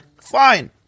Fine